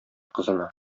кызына